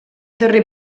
darrer